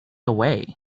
away